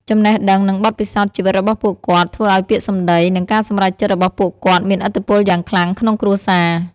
ចំណេះដឹង និងបទពិសោធន៍ជីវិតរបស់ពួកគាត់ ធ្វើឱ្យពាក្យសម្ដី និងការសម្រេចចិត្តរបស់ពួកគាត់មានឥទ្ធិពលយ៉ាងខ្លាំងក្នុងគ្រួសារ។